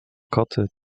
koty